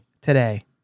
Today